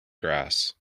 grass